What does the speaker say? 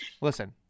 Listen